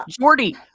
Jordy